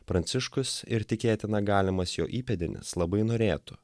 pranciškus ir tikėtina galimas jo įpėdinis labai norėtų